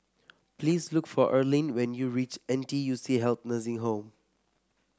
please look for Erline when you reach N T U C Health Nursing Home